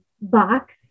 box